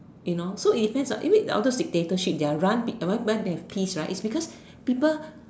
you know so if it depends on outer dictatorship they are run by I mean they have peace right because people